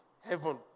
Heaven